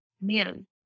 man